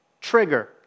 trigger